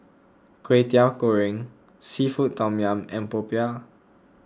Kwetiau Goreng Seafood Tom Yum and Popiah